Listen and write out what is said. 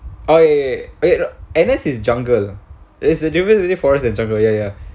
okay okay k okay N_S is jungle there's the difference between forest and jungle ya ya